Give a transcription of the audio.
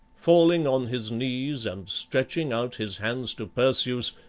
falling on his knees and stretching out his hands to perseus,